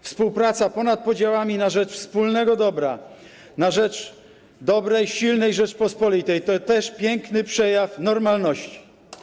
Współpraca ponad podziałami na rzecz wspólnego dobra, na rzecz dobrej, silnej Rzeczypospolitej to też piękny przejaw normalności.